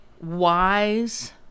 wise